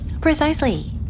Precisely